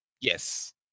Yes